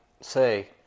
say